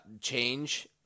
change